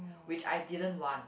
which I didn't want